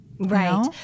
Right